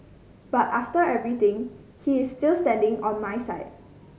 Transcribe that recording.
but after everything he is still standing on my side